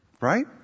Right